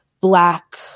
Black